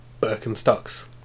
Birkenstocks